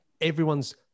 Everyone's